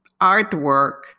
artwork